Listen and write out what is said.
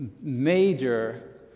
major